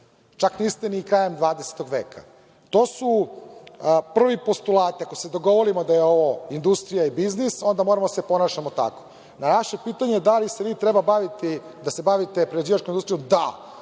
čak niste ni krajem 21. veka. To su prvi postulati, ako se dogovorimo da je ovo industrija i biznis, onda moramo da se ponašamo tako. Na naše pitanje da li vi treba da se bavite prerađivačkom industrijom,